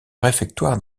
réfectoire